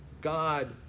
God